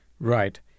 Right